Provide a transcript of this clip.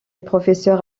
professeur